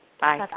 bye